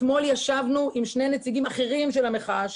אתמול ישבנו עם שני נציגים אחרים של המחאה,